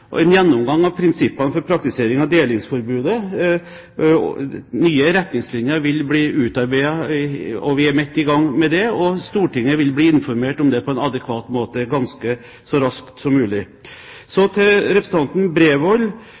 praktisering av delingsforbudet. Nye retningslinjer vil bli utarbeidet, og vi er i gang med det. Stortinget vil bli informert om det på en adekvat måte så raskt som mulig. Så til representanten